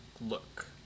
look